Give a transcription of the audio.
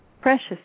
precious